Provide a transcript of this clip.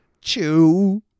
chew